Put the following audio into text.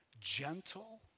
gentle